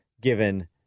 given